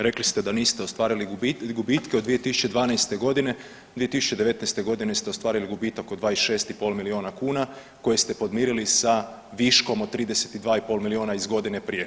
Rekli ste da niste ostvarili gubitke od 2012. g., 2019. g. ste ostvarili gubitak od 26,5 milijuna kuna koje ste podmirili sa viškom od 32,5 milijuna iz godine prije.